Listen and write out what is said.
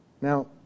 Now